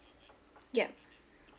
yup